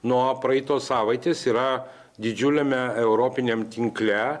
nuo praeitos savaitės yra didžiuliame europiniam tinkle